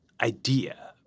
idea